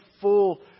full